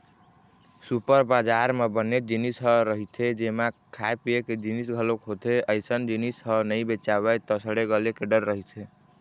super बजार म बनेच जिनिस ह रहिथे जेमा खाए पिए के जिनिस घलोक होथे, अइसन जिनिस ह नइ बेचावय त सड़े गले के डर रहिथे